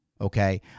Okay